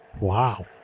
Wow